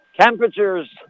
Temperatures